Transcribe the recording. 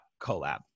collab